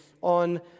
on